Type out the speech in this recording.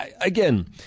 Again